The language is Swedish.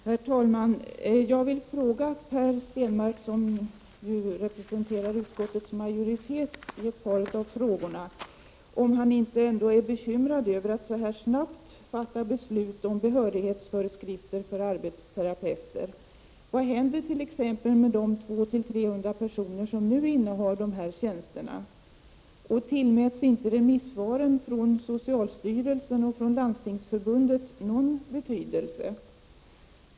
Herr talman! Jag vill fråga Per Stenmarck, som ju representerar utskottets majoritet i ett par av frågorna, om han inte är bekymrad över att riksdagen så här snabbt skall fatta beslut om behörighetsföreskrifter för arbetsterapeuter. Vad händer t.ex. med de 200-300 personer som nu innehar dessa tjänster? Tillmäts inte remissvaren från socialstyrelsen och Landstingsförbundet någon betydelse?